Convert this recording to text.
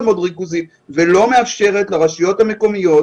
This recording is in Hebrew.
מאוד ריכוזית ולא מאפשרת לרשויות המקומיות,